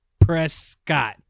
Prescott